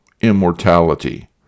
immortality